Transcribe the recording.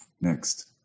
next